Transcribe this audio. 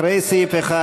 לאחרי סעיף 1,